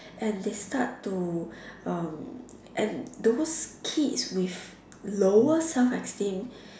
and they start to um and those kids with lower self esteem